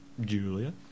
Julia